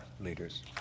leaders